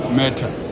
matter